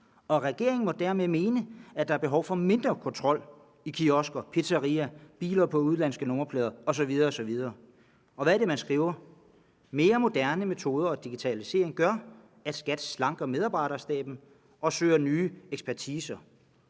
regeringen må dermed mene, at der er behov for mindre kontrol i kiosker, på pizzeriaer, af biler på udenlandske nummerplader osv. osv. Hvad er det, man skriver? Mere moderne metoder og digitalisering gør, at SKAT slanker medarbejderstaben og søger nye ekspertiser.